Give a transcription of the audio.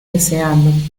deseando